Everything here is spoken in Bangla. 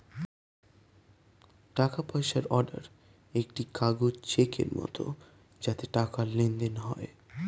টাকা পয়সা অর্ডার একটি কাগজ চেকের মত যাতে টাকার লেনদেন হয়